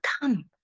come